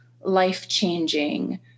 life-changing